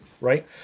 right